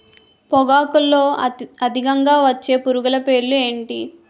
పొగాకులో అధికంగా వచ్చే పురుగుల పేర్లు ఏంటి